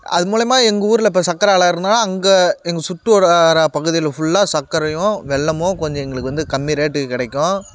அது மூலிமா எங்கள் ஊரில் இப்போ சர்க்கரை ஆலை இருக்கறனால அங்கே எங்கள் சுற்றுவட்டார பகுதிகளில் ஃபுல்லாக சர்க்கரையும் வெல்லமும் கொஞ்சம் எங்களுக்கு வந்து கம்மி ரேட்டுக்கு கிடைக்கும்